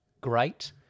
great